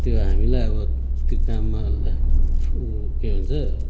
त्यो हामीलाई अब त्यो काममा उ के भन्छ